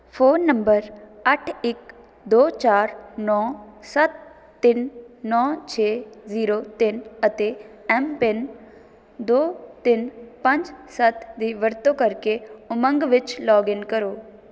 phone number ਅੱਠ ਇੱਕ ਦੋ ਚਾਰ ਨੌ ਸੱਤ ਤਿੰਨ ਨੌ ਛੇ ਜ਼ੀਰੋ ਤਿੰਨ ਅਤੇ ਐੱਮ ਪਿੰਨ ਦੋ ਤਿੰਨ ਪੰਜ ਸੱਤ ਦੀ ਵਰਤੋਂ ਕਰਕੇ ਉਮੰਗ ਵਿੱਚ ਲੌਗਇਨ ਕਰੋ